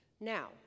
Now